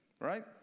right